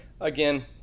Again